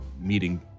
meeting